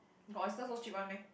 got oyster so cheap one meh